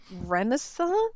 Renaissance